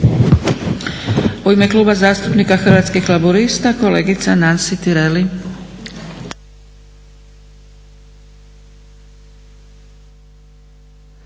U ime Kluba zastupnika Hrvatskih laburista kolegica Nansi Tireli.